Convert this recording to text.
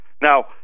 Now